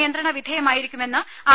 നിയന്ത്രണവിധേയമായിരിക്കുമെന്ന് R